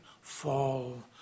fall